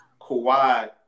Kawhi